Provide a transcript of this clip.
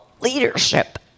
leadership